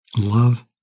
love